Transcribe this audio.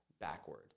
backward